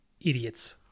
Idiots